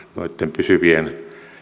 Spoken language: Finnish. pysyvien